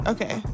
Okay